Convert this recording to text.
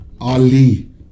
Ali